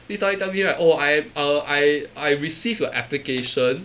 then he suddenly tell me right oh I uh I I received a application